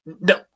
No